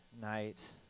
night